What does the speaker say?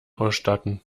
ausstatten